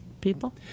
people